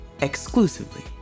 exclusively